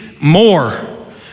more